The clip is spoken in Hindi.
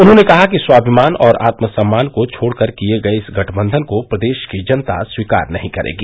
उन्होंने कहा कि स्वामिमान और आत्म सम्मान को छोड़कर किये गये इस गठबंधन को प्रदेश की जनता स्वीकार नही करेगी